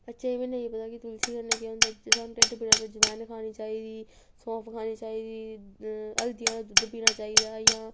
बच्चें ई बी नेईं पता कि तुलसी कन्नै केह् होंदा ऐ जे सानूं ढिड्ड पीड़ ऐ भाई जवैन खानी चाहिदी सौंफ खानी चाहिदी हल्दी आह्ला दुद्ध पीना चाहिदा जां